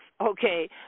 okay